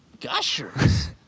Gushers